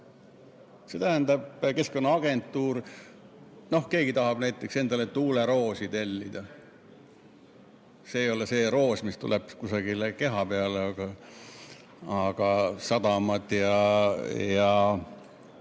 see tähendab Keskkonnaagentuurile. Keegi tahab näiteks endale tuuleroosi tellida. See ei ole see roos, mis tuleb kusagile keha peale, [seda vajavad]